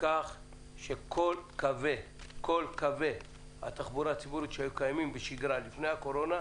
כך שכל קווי התחבורה הציבורית שהיו קיימים בשגרה לפני הקורונה,